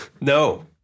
no